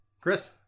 Chris